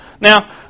Now